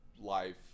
life